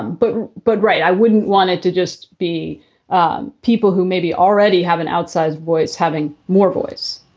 but but right. i wouldn't want it to just be um people who maybe already have an outsized voice having more voice